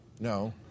No